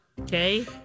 Okay